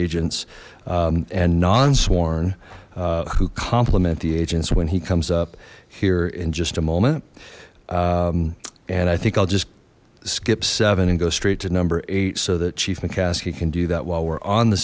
agents and non sworn who complement the agents when he comes up here in just a moment and i think i'll just skip seven and go straight to number eight so that chief mccaskey can do that while we're on the